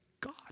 God